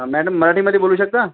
madam मराठीमध्ये बोलू शकता